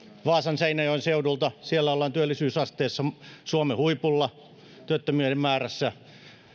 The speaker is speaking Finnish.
vaasan ja seinäjoen seudulta siellä ollaan työllisyysasteessa suomen huipulla työttömien määrässä